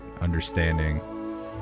understanding